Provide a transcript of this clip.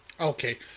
Okay